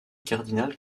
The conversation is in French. cardinal